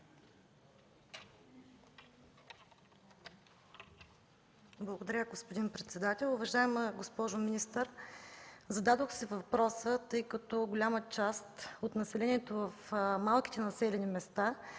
Благодаря, господин председател. Уважаема госпожо министър, зададох си въпроса, тъй като голяма част от населението в малките населени места